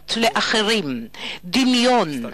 פתיחות לאחרים, דמיון,